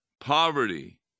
Poverty